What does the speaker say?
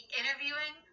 interviewing